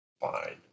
fine